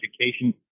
education